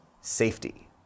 safety